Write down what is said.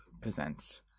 presents